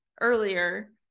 earlier